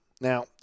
Now